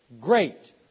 great